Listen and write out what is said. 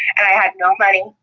and i had no money,